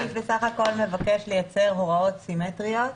הסעיף בסך הכול מבקש לייצר הוראות סימטריות.